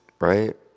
right